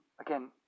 Again